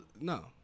no